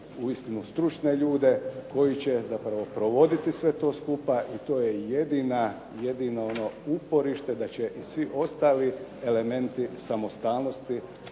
uistinu stručne ljude koji će zapravo provoditi sve to skupa i to je jedina, jedino ono uporište da će i svi ostali elementi samostalnosti